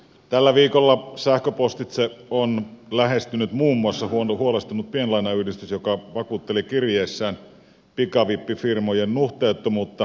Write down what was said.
tällä viikolla sähköpostitse on lähestynyt muun muassa huolestunut pienlainayhdistys joka vakuutteli kirjeessään pikavippifirmojen nuhteettomuutta